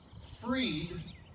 freed